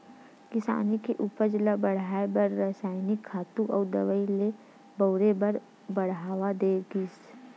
किसानी के उपज ल बड़हाए बर रसायनिक खातू अउ दवई ल बउरे बर बड़हावा दे गिस